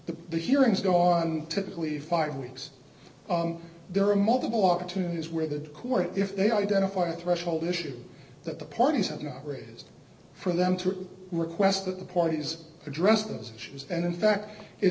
the the hearings go on typically five weeks there are multiple opportunities where the court if they identify a threshold issue that the parties have not raised for them to request that the parties address those issues and in fact it